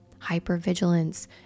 hypervigilance